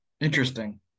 Interesting